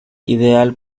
ideal